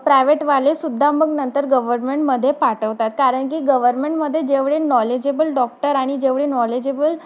प्रायव्हेटवाले सुद्धा मग नंतर गव्हर्मेंटमध्ये पाठवतात कारण की गव्हर्मेंटमध्ये जेवढे नॉलेजेबल डॉक्टर आणि जेवढे नॉलेजेबल